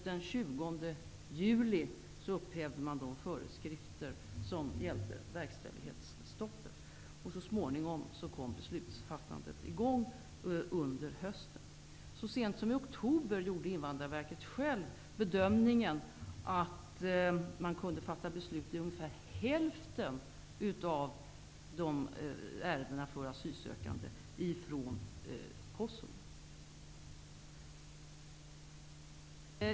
Den 20 juli upphävde man de föreskrifter som gällde verkställighetsstoppet. Så småningom under hösten kom beslutsfattandet i gång. Så sent som i oktober gjorde Invandrarverket självt bedömningen att man kunde fatta beslut i ungefär hälften av ärendena om asylsökande från Kosovo.